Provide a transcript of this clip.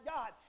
God